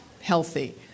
healthy